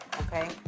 Okay